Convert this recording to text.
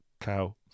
cow